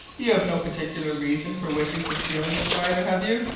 you have no particular reason for wishing to shield miss rider, have you?